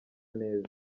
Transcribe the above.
neza